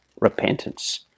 repentance